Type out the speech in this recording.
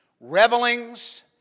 revelings